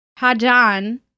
Hajan